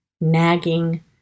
nagging